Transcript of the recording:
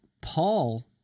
Paul